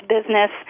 business